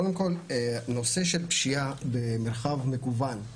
קודם כל נושא של פשיעה במרחב מקוון,